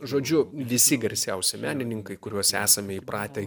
žodžiu visi garsiausi menininkai kuriuos esame įpratę